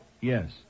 Yes